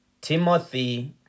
Timothy